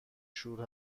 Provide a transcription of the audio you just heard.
شور